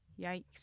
Yikes